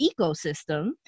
ecosystem